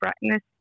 brightness